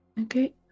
Okay